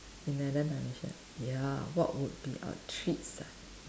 in another dimension ya what would be our treats ah